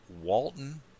Walton